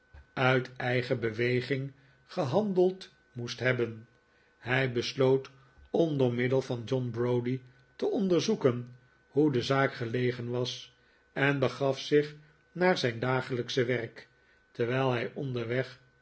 uit eigen beweging gehandeld moest hebben hij besloot om door middel van john browdie te onderzoeken hoe de zaak gelegen was en begaf zich naar zijn dagelijksche werk terwijl hij onderweg